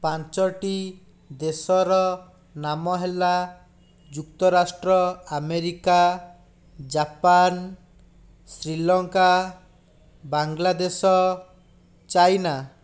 ପାଞ୍ଚୋଟି ଦେଶର ନାମ ହେଲା ଯୁକ୍ତରାଷ୍ଟ୍ର America Japan Sri Lanka Bangladesh China